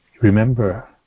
Remember